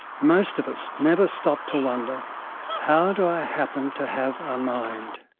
most of us never stop to wonder how do i happen to have a mind?